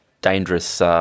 dangerous